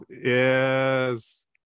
yes